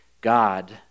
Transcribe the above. God